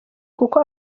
kuko